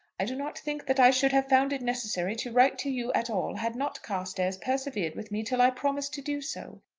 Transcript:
i do not think that i should have found it necessary to write to you at all had not carstairs persevered with me till i promised to do so.